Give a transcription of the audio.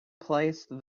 placed